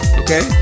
okay